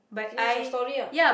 finish your story lah